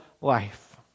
life